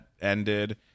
ended